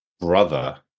brother